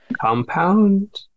compound